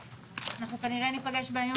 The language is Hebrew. אנחנו כנראה ניפגש בימים הקרובים,